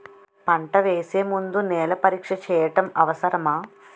పంట వేసే ముందు నేల పరీక్ష చేయటం అవసరమా?